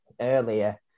earlier